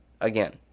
Again